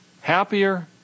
happier